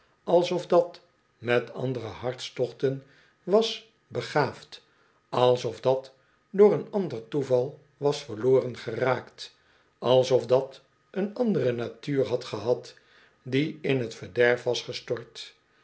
alsof dat met andere hartstochten was begaafd alsof dat door een ander toeval was verloren geraakt alsof dat een andere natuur had gehad die in t verderf was gestort